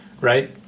right